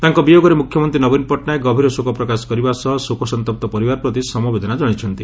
ତାଙ୍କ ବିୟୋଗରେ ମୁଖ୍ୟମନ୍ତୀ ନବୀନ ପଟଟନାୟକ ଗଭୀର ଶୋକପ୍ରକାଶ କରିବା ସହ ଶୋକସନ୍ତପ୍ତ ପରିବାର ପ୍ରତି ସମବେଦନା ଜଣାଇଛନ୍ତି